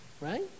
right